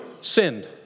sinned